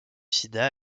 sida